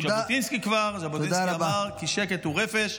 כי ז'בוטינסקי אמר: "כי שקט הוא רפש",